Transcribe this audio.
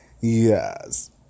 Yes